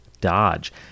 Dodge